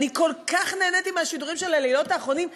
אני כל כך נהניתי מהשידורים של הלילות האחרונים.